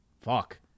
fuck